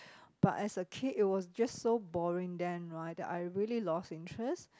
but as a kid it was just so boring then right that I really lost interest